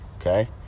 okay